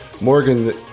Morgan